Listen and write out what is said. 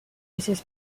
mrs